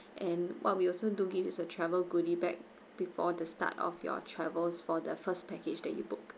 and what we also do give is a travel goodie bag before the start of your travels for the first package that you book